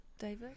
David